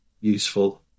useful